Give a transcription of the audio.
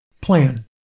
Plan